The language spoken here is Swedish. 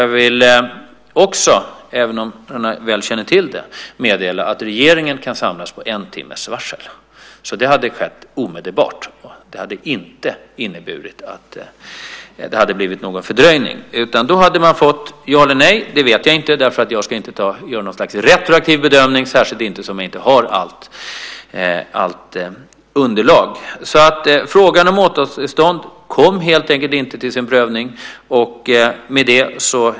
Jag vill också, även om herrarna väl känner till det, meddela att regeringen kan samlas med en timmes varsel. Detta hade alltså skett omedelbart. Det hade inte inneburit någon fördröjning, utan då hade man fått ett svar - ja eller nej, det vet jag inte. Jag ska inte göra något slags retroaktiv bedömning, särskilt inte som jag inte har allt underlag. Frågan om åtalstillstånd kom alltså helt enkelt inte till sin prövning.